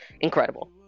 Incredible